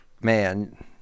Man